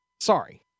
Sorry